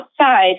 outside